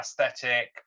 aesthetic